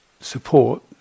support